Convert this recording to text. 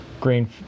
green